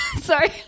Sorry